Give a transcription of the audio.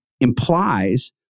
implies